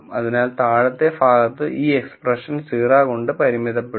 അതിനാൽ താഴത്തെ ഭാഗത്ത് ഈ എക്സ്പ്രെഷൻ 0 കൊണ്ട് പരിമിതപ്പെടുത്തും